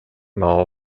mall